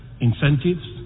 incentives